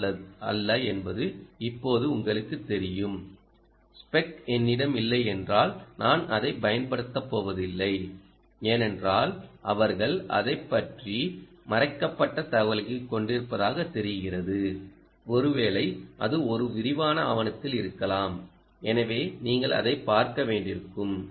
ஓ அல்ல என்பது இப்போது உங்களுக்குத் தெரியும் ஸ்பெக் என்னிடம் இல்லை என்றால் நான் அதைப் பயன்படுத்தப் போவதில்லை ஏனென்றால் அவர்கள் அதைப் பற்றி மறைக்கப்பட்ட தகவல்களைக் கொண்டிருப்பதாகத் தெரிகிறது ஒருவேளை அது ஒரு விரிவான ஆவணத்தில் இருக்கலாம் எனவே நீங்கள் அதைப் பார்க்க வேண்டியிருக்கும்